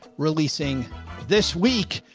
releasing this week,